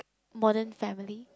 modern family